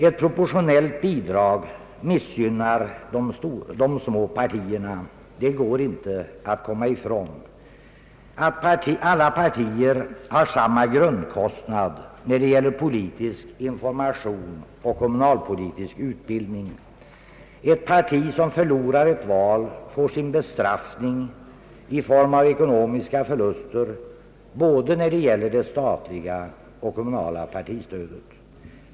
Ett proportionellt bidrag missgynnar de små partierna — det går inte att komma ifrån. Alla partier har samma grundkostnad när det gäller politisk information och kommunalpolitisk utbildning. Ett parti, som förlorar ett val, får sin bestraffning i form av ekonomiska förluster när det gäller både det statliga och det kommunala partistödet.